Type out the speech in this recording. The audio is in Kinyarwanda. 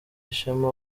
ishema